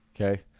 okay